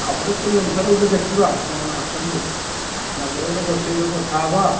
ତାପରେ ସେଇ ଅନୁସାରେ ଗୋଟେ ଦେଖିବା ଆପଣ ଆସନ୍ତୁ ଆସିଲାପରେ ଗୋଟେ ବସିକି ଗୋଟେ କଥାହେବା